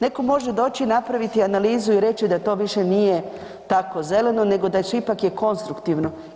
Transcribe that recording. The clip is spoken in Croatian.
Netko može doći i napraviti analizu i reći da to više nije tako zeleno nego da su ipak je konstruktivno.